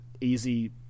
easy